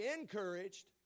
encouraged